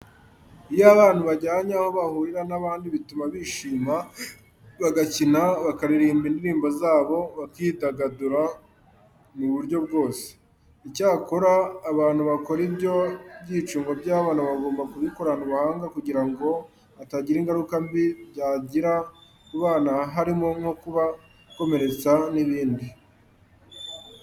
Iyo abana ubajyanye aho bahurira n'abandi bituma bishima, bagakina, bakaririmba indirimbo zabo, bakidagadura mu buryo bwose. Icyakora abantu bakora ibyo byicungo by'abana bagomba kubikorana ubuhanga kugira ngo hatagira ingaruka mbi byagira ku bana harimo nko kubakomeretsa n'ibindi.